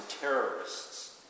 terrorists